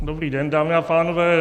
Dobrý den, dámy a pánové.